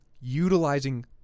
utilizing